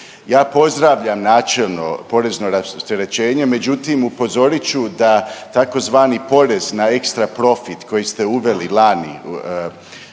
Ja pozdravljam načelno porezno rasterećenje, međutim upozorit ću da tzv. porez na ekstra profit koji ste uveli lan